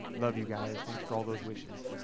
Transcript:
love you guys. thanks for all those wishes.